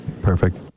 Perfect